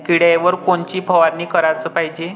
किड्याइवर कोनची फवारनी कराच पायजे?